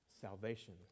Salvation